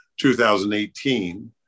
2018